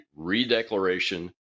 Redeclaration